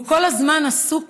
והוא כל הזמן עסוק